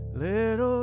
little